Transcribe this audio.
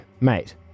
mate